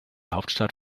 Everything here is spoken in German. hauptstadt